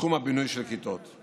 בתחום הבינוי של כיתות.